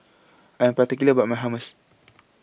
I Am particular about My Hummus